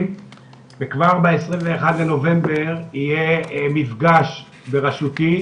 היום 10 בנובמבר 2021, ו' בכסלו תשפ"ב.